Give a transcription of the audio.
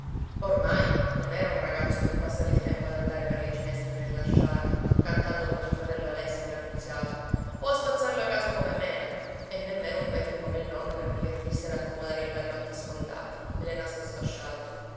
oramai non era un ragazzo per passare il tempo ad andare per le ginestre nella sciara cantando come suo fratello alessi e la nunziata o a spazzar la casa come mena e nemmeno un vecchio come il nonno per divertirsi ad accomodare i barilotti sfondati e le nasse sfasciate